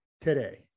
today